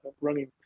running